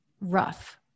rough